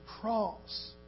cross